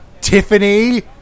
Tiffany